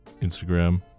Instagram